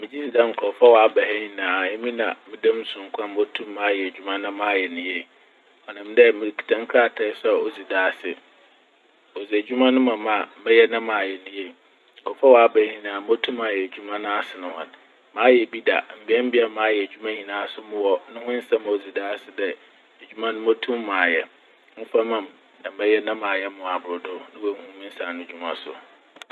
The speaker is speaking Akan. Megyedzi dɛ nkorɔfo a ɔaba nyinaa emi na meda mu soronko mobotum ayɛ edwuma no na mayɛ no yie. Ɔnam dɛ mikitsa nkratae so odzi dase. Wɔdze edwuma no ma me a mɛyɛ na mayɛ ne yie. Nkorɔfo a ɔaba ha nyinaa motum mayɛ edwuma no asen hɔn. Mayɛ bi da, mbeabea a mayɛ edwuma nyinaa mowɔ no ho nsɛm a odzi dase dɛ edwuma no motum mayɛ. Wɔmfa mma m' na mɛyɛ na mayɛ na ɔabor do na oehu me nsano edwuma so.